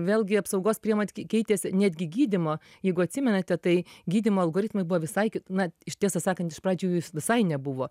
vėlgi apsaugos priemot keitėsi netgi gydymo jeigu atsimenate tai gydymo algoritmai buvo visai kit na tiesą sakant iš pradžių jų s visai nebuvo